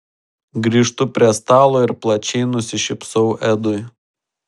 grįžtu prie stalo ir plačiai nusišypsau edui